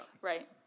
Right